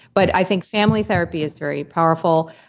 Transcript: but i think family therapy is very powerful.